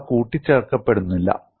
അവ കൂട്ടിച്ചേർക്കപ്പെടുന്നില്ല